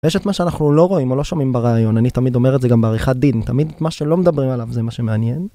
יש את מה שאנחנו לא רואים או לא שומעים בראיון, אני תמיד אומר את זה גם בעריכת דין, תמיד את מה שלא מדברים עליו זה מה שמעניין.